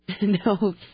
No